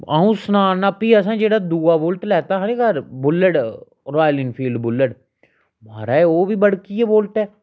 आ'ऊं सनां ना फ्ही असें जेह्ड़ा दूआ बुल्ट लैता ही ना घर बुल्ट रायल इनफील्ड बुल्ट महाराज ओह् बी बड़कियै बुल्ट ऐ